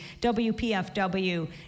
WPFW